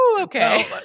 okay